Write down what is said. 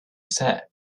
said